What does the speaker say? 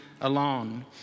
alone